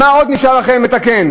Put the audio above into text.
מה עוד נשאר לכם לתקן?